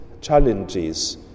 challenges